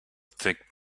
thick